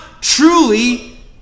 truly